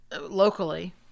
locally